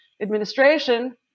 administration